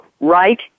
right